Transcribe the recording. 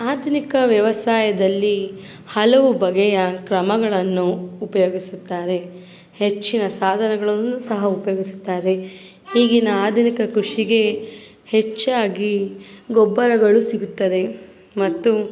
ಆಧುನಿಕ ವ್ಯವಸಾಯದಲ್ಲಿ ಹಲವು ಬಗೆಯ ಕ್ರಮಗಳನ್ನು ಉಪಯೋಗಿಸುತ್ತಾರೆ ಹೆಚ್ಚಿನ ಸಾಧನಗಳನ್ನೂ ಸಹ ಉಪಯೋಗಿಸುತ್ತಾರೆ ಈಗಿನ ಆಧುನಿಕ ಕೃಷಿಗೆ ಹೆಚ್ಚಾಗಿ ಗೊಬ್ಬರಗಳು ಸಿಗುತ್ತದೆ ಮತ್ತು